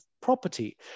property